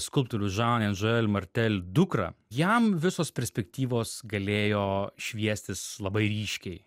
skulptoriaus žan enžėl martėl dukrą jam visos perspektyvos galėjo šviestis labai ryškiai